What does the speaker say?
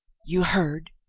you heard?